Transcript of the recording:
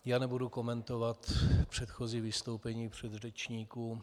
Já nebudu komentovat předchozí vystoupení předřečníků.